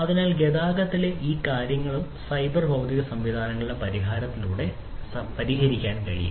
അതിനാൽ ഗതാഗതത്തിലെ ഈ എല്ലാ കാര്യങ്ങളും സൈബർ ഭൌതിക സംവിധാനങ്ങളുടെ സഹായത്തോടെ പരിഹരിക്കാനാകും